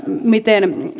miten